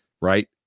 right